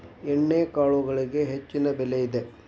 ಎಣ್ಣಿಕಾಳುಗಳಿಗೆ ಹೆಚ್ಚಿನ ಬೆಲೆ ಇದೆ